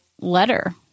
letter